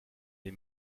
les